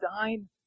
dine